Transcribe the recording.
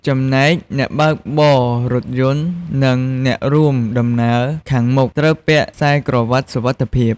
ចំណែកអ្នកបើកបររថយន្ត និងអ្នករួមដំណើរខាងមុខ ត្រូវ ពាក់ខ្សែក្រវាត់សុវត្ថិភាព។